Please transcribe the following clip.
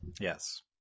Yes